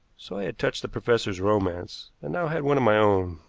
so i had touched the professor's romance, and now had one of my own.